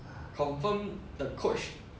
confirm the coach